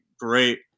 great